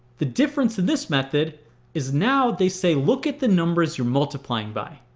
the difference in this method is now they say look at the numbers you're multiplying by.